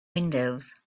windows